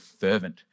fervent